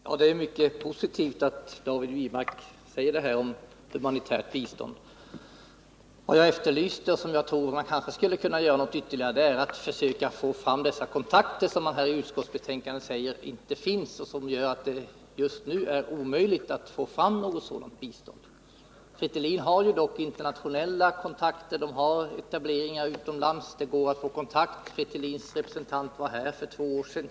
Herr talman! Det är mycket positivt att David Wirmark gör detta uttalande om humanitärt bistånd. Vad man skulle kunna göra ytterligare är att försöka skapa de kontakter som man i utskottsbetänkandet påstår inte finns, ett förhållande som gör det omöjligt att just nu få fram något bistånd. Fretilin har dock internationella kontakter och etableringar utomlands. Det går att få kontakt. En representant för Fretilin var här för två år sedan.